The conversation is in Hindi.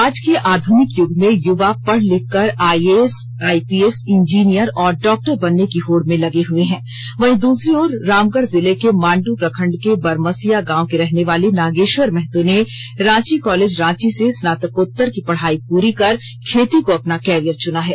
आज के आधुनिक युग में युवा पढ़ लिख कर आईएस आईपीएस इंजीनयर और डॉक्टर बनने की होड़ में लगे हए है वहीं दूसरी ओर रामगढ़ जिले के मांड़ प्रखंड के बरमसिया गांव के रहने वाले नागेश्वर महतो ने रांची कॉलेज रांची से स्नातकोत्तर की पढाई पूरी कर खेती को अपना कैरियर चुना है